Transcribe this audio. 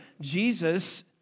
Jesus